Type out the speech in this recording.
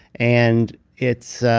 and it's.